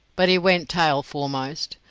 but he went tail foremost.